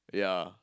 yeah